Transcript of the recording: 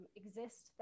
exist